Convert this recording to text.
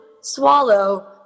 swallow